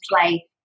play